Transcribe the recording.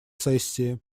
сессии